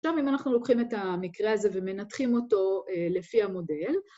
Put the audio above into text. ‫גם אם אנחנו לוקחים את המקרה הזה ‫ומנתחים אותו לפי המודל.